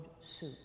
suit